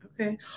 Okay